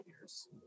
years